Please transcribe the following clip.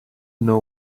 know